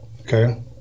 okay